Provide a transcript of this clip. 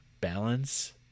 balance